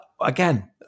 again